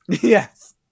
Yes